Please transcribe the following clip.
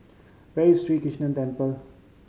where is Sri Krishnan Temple